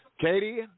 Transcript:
Katie